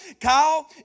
Kyle